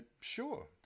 Sure